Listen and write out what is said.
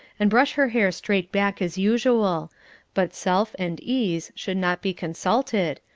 and brush her hair straight back as usual but self and ease should not be consulted,